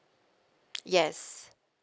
yes